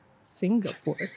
singapore